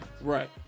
Right